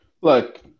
look